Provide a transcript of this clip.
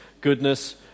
goodness